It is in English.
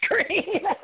screen